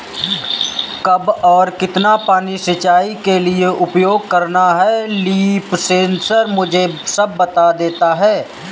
कब और कितना पानी सिंचाई के लिए उपयोग करना है लीफ सेंसर मुझे सब बता देता है